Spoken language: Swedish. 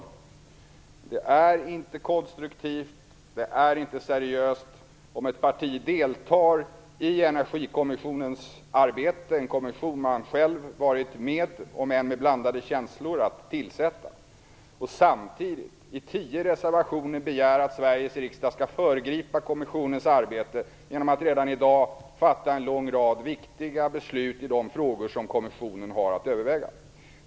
Men det är inte konstruktivt, det är inte seriöst om ett parti deltar i Energikommissionens arbete - en kommission man själv varit med om att tillsätta, om än med blandade känslor - och samtidigt i 10 reservationer begär att Sveriges riksdag skall föregripa kommissionens arbete genom att redan i dag fatta en lång rad viktiga beslut i de frågor som kommissionen har att överväga.